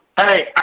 Hey